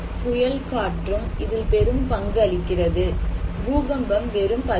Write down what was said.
புயல் காற்றும் இதில்பெரும் பங்கு அளிக்கிறது பூகம்பம் வெறும் 11